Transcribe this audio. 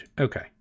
Okay